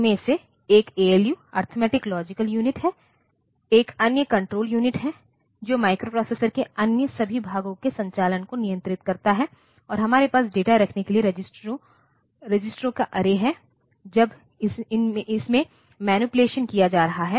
उनमें से एक ऐएलयू अरिथमेटिक लॉजिकल यूनिट है एक अन्य कंट्रोल यूनिट है जो माइक्रोप्रोसेसर के अन्य सभी भागों के संचालन को नियंत्रित करता है और हमारे पास डेटा रखने के लिए रजिस्टरों अर्रे है जब इसमें मैनीपुलेशन किया जा रहा है